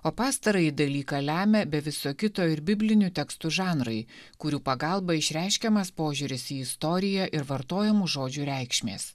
o pastarąjį dalyką lemia be viso kito ir biblinių tekstų žanrai kurių pagalba išreiškiamas požiūris į istoriją ir vartojamų žodžių reikšmės